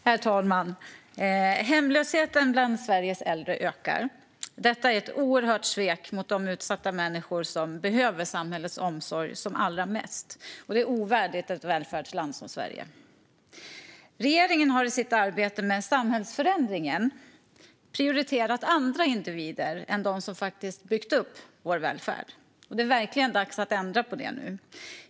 Herr talman! Hemlösheten bland Sveriges äldre ökar. Detta är ett oerhört svek mot de utsatta människor som behöver samhällets omsorg som allra mest. Det är ovärdigt ett välfärdsland som Sverige. Regeringen har i sitt arbete med samhällsförändringen prioriterat andra individer än dem som byggt upp vår välfärd. Det är verkligen dags att ändra på det nu.